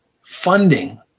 funding